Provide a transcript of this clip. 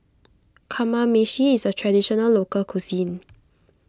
Kamameshi is a Traditional Local Cuisine